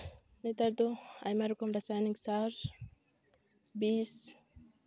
ᱱᱮᱛᱟᱨ ᱫᱚ ᱟᱭᱢᱟ ᱨᱚᱠᱚᱢ ᱨᱟᱥᱟᱭᱚᱱᱤᱠ ᱥᱟᱨ ᱵᱮᱥ